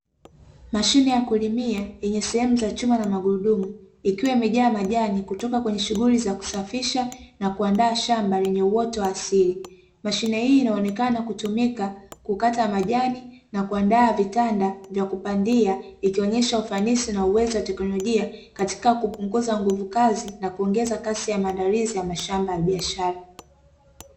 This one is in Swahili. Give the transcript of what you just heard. Mashine ya kulimia yenye machuma na magurudumu, ikiwa imejaa majani kutoka kwenye shughuli za kusafisha na kuandaa shamba lenye uoto asili, mashine hii inaonekana kutumika kukata majani na kuandaa vitaru vya kupandia ikionyesha ufanisi na uwezo wa teknolojia katika kuongeza nguvu kazi na kuongeza kasi ya maandalizi ya mashamba ya biashara.